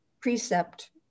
precept